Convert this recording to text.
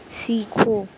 سیکھو